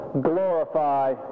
glorify